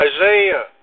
Isaiah